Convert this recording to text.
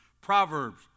Proverbs